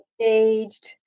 engaged